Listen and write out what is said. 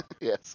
Yes